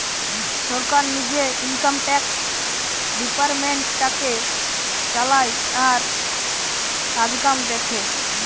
সরকার নিজে income tax ডিপার্টমেন্টটাকে চালায় আর কাজকাম দেখে